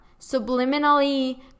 subliminally